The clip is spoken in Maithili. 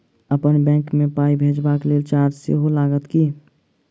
अप्पन बैंक मे पाई भेजबाक लेल चार्ज सेहो लागत की?